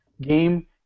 game